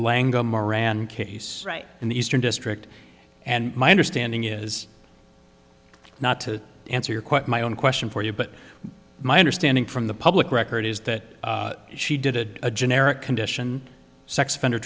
langan moran case right in the eastern district and my understanding is not to answer quite my own question for you but my understanding from the public record is that she did a generic condition sex offender